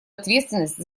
ответственность